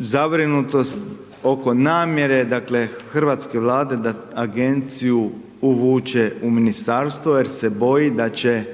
zabrinutost oko namjere, dakle, hrvatske Vlade da agenciju uvuče u ministarstvo jer se boji da će